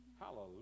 Hallelujah